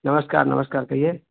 नमस्कार नमस्कार कहिए